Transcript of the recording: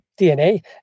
DNA